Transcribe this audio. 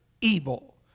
evil